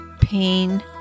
pain